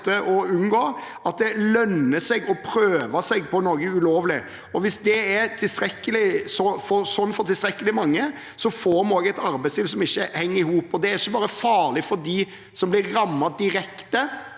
at det lønner seg å prøve seg på noe ulovlig. Hvis det er slik for tilstrekkelig mange, får vi et arbeidsliv som ikke henger i hop. Det er ikke bare farlig for dem som blir rammet direkte